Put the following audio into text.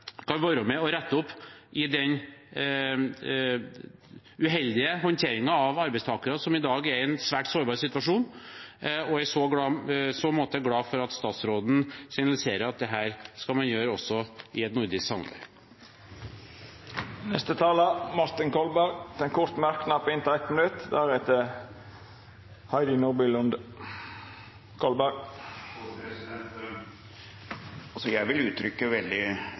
kan være med og rette opp i den uheldige håndteringen av arbeidstakere som i dag er i en svært sårbar situasjon, og jeg er i så måte glad for at statsråden signaliserer at dette skal man gjøre også i et nordisk samarbeid. Representanten Martin Kolberg har hatt ordet to gonger tidlegare og får ordet til ein kort merknad, avgrensa til 1 minutt.